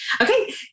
Okay